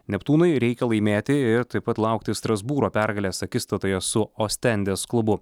neptūnui reikia laimėti ir taip pat laukti strasbūro pergalės akistatoje su ostendes klubu